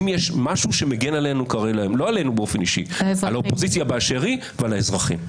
האם יש משהו שמגן על האופוזיציה באשר היא ועל האזרחים?